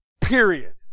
Period